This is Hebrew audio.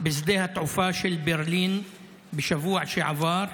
בשדה התעופה של ברלין בשבוע שעבר,